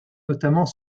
notamment